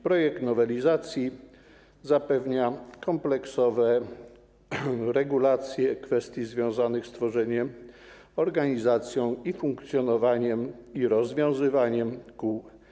Projekt nowelizacji zapewnia kompleksowe regulacje kwestii związanych z tworzeniem, organizacją, funkcjonowaniem i rozwiązywaniem kół.